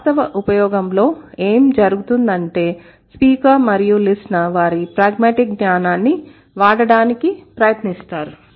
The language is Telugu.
వాస్తవ ఉపయోగంలో ఏం జరుగుతుందంటే స్పీకర్ మరియు లిసెనర్ వారి ప్రాగ్మాటిక్ జ్ఞానాన్ని వాడటానికి ప్రయత్నిస్తారు